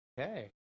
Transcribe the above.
Okay